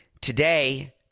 Today